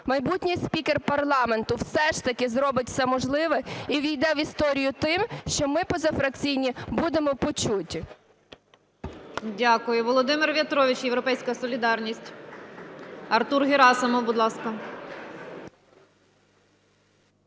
майбутній спікер парламенту все ж таки зробить все можливе і ввійде в історію тим, що ми позафракційні будемо почуті. ГОЛОВУЮЧА. Дякую. Володимир В'ятрович, "Європейська солідарність". Артур Герасимов, будь ласка.